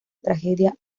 tragedia